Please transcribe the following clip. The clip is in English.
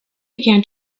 began